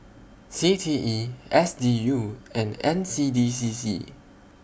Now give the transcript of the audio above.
C T E S D U and N C D C C